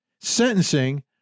sentencing